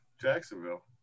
Jacksonville